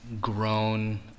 grown